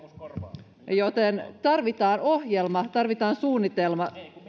joten tarvitaan ohjelma tarvitaan suunnitelma